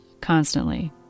constantly